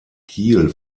kiel